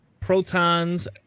Protons